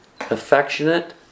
affectionate